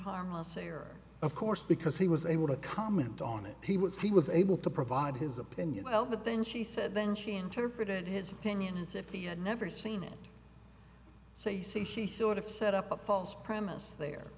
harmless error of course because he was able to comment on it he was he was able to provide his opinion well but then she said then she interpreted his opinions if he had never seen it so you see he sort of set up a false premise there